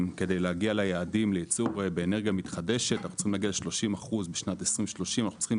כדי להגיע ליעדים לייצור באנרגיה מתחדשת; אנחנו צריכים